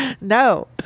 No